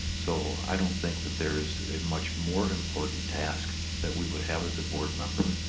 so i don't think that there's a much more important task that we would have as a board member,